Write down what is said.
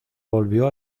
volvió